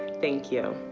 thank you.